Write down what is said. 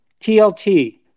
TLT